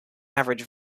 average